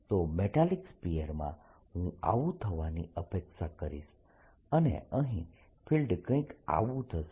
તો મેટાલીક સ્ફીયરમાં હું આવું થવાની અપેક્ષા કરીશ અને અહીં ફિલ્ડ કંઈક આવું થશે